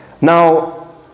Now